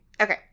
Okay